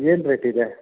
ಏನು ರೇಟಿದೆ